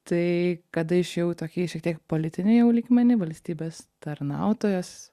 tai kada išėjau į tokį šiek tiek politinį lygmenį valstybės tarnautojos